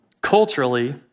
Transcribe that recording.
culturally